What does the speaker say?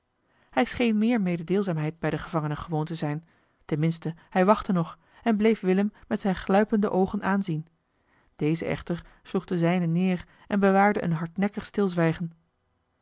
hij scheen meer mededeelzaamheid bij de gevangenen gewoon te zijn ten minste hij wachtte nog en bleef willem met zijne gluipende oogen aanzien deze echter sloeg de zijne neer en bewaarde een hardnekkig stilzwijgen